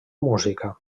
música